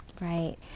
right